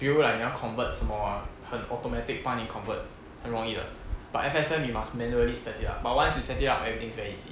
比如 like 你要 convert 什么啊很 automatic 帮你 convert 很容易的 but F_S_M you must manually set it up but once you set it up everything is very easy